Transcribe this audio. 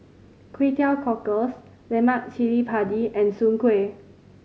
Kway Teow Cockles lemak cili padi and Soon Kueh